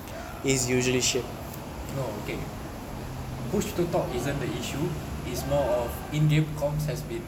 ya no okay push to talk isn't the issue it's more of in game comms has been